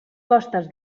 costes